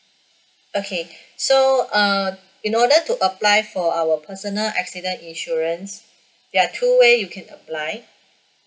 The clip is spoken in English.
okay so uh in order to apply for our personal accident insurance there are two way you can apply